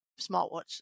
smartwatch